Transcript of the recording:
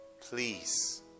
Please